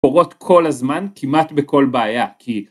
קורות כל הזמן, כמעט בכל בעיה, ‫כי...